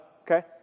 Okay